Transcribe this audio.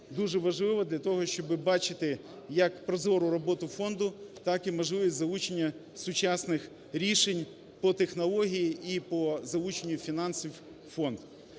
дуже важливо для того, щоб бачити як прозору роботу фонду, так і можливість залучення сучасних рішень по технології і по залученню фінансів у фонд.